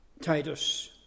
Titus